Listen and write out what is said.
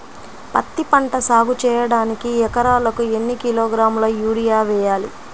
పత్తిపంట సాగు చేయడానికి ఎకరాలకు ఎన్ని కిలోగ్రాముల యూరియా వేయాలి?